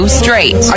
straight